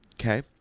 Okay